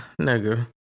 nigger